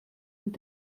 und